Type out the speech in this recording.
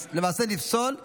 אז, למעשה, נפסול את,